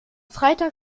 freitag